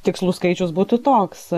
tikslus skaičius būtų toks